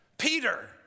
Peter